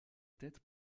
tête